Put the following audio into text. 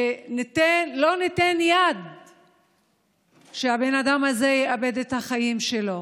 שלא ניתן יד לכך שהבן אדם הזה יאבד את החיים שלו.